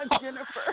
Jennifer